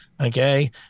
Okay